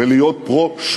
לבין להיות פרו-שוק.